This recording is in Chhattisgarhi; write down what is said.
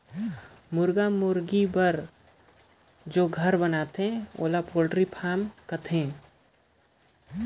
मुरगा मुरगी बर जेन घर ल बनाथे तेला पोल्टी फारम कहल जाथे